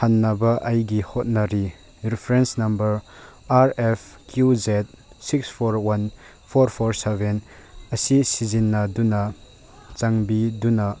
ꯍꯟꯅꯕ ꯑꯩꯒꯤ ꯍꯣꯠꯅꯔꯤ reference number R F Q Z six four one four four seven ꯑꯁꯤ ꯁꯤꯖꯤꯟꯅꯗꯨꯅ ꯆꯥꯟꯕꯤꯗꯨꯅ